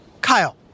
Kyle